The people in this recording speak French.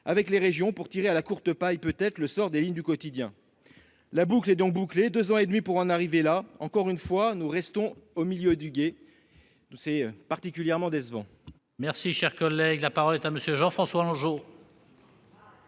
avec les régions pour tirer à la courte paille, peut-être, le sort des lignes du quotidien ! La boucle est donc bouclée : deux ans et demi pour en arriver là ... Encore une fois, nous restons au milieu du gué ; c'est particulièrement décevant. La parole est à M. Jean-François Longeot,